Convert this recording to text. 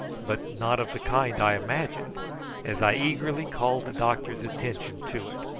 but not of the kind i imagined as i eagerly called the doctor's attention to it,